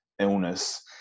illness